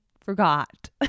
forgot